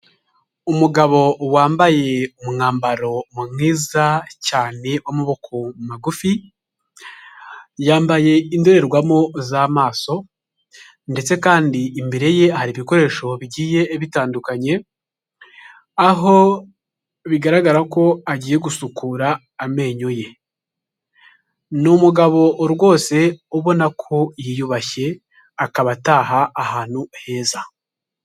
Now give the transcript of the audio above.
Umugabo wambaye umwambaro mwiza cyane w'amaboko magufi, yambaye indorerwamo z'amaso, ndetse kandi imbere ye hari ibikoresho bigiye bitandukanye. Aho bigaragara ko agiye gusukura amenyo ye rwose, ubona ko yiyubashye akaba ataha ahantu heza.